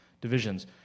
divisions